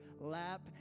lap